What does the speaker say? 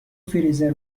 فریزر